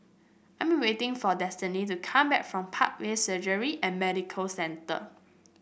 I am waiting for Destiny to come back from Parkway Surgery and Medical Center